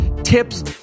tips